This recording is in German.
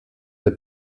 der